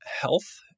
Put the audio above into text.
health